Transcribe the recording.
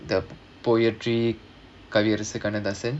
the poetry Kaviyarasu Kannadasan kannadhasan